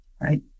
right